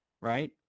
right